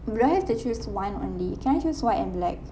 would I have to choose one only can I choose white and black